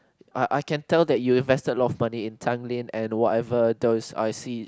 I I can tell that you invested a lot of money in Tanglin and whatever those I see